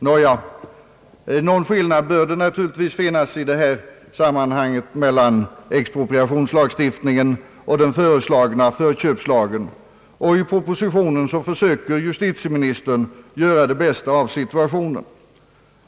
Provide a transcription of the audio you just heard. Nåja, någon skillnad bör det naturligtvis finnas i detta sammanhang mellan expropriationslagstiftningen och den före slagna förköpslagen. I propositionen försöker justitieministern göra det bästa av situationen.